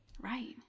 Right